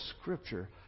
scripture